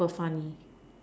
super funny